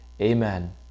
Amen